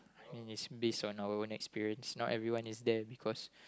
I mean it's based on our own experience not everyone is there because